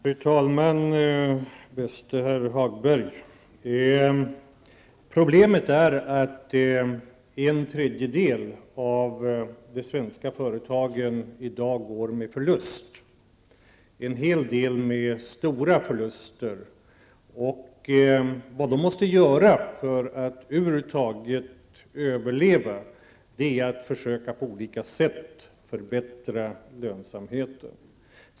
Fru talman! Bäste herr Hagberg! Problemet är att en tredjedel av de svenska företagen i dag går med förlust, och en hel del av dem går med stora förluster. Vad de måste göra för att över huvud taget överleva är att på olika sätt försöka förbättra lönsamheten.